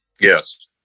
Yes